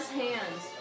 hands